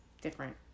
different